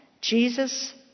Jesus